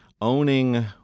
owning